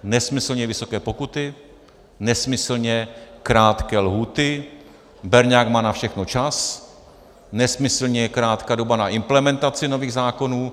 Nesmyslně vysoké pokuty, nesmyslně krátké lhůty, berňák má na všechno čas, nesmyslně krátká doba na implementaci nových zákonů.